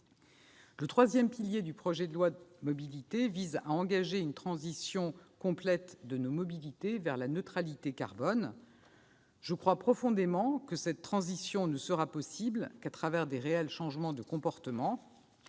Le troisième pilier du projet de loi Mobilités vise à engager une transition complète de nos mobilités vers la neutralité carbone. Je crois profondément que cette transition ne sera possible qu'à travers de réels changements de comportement.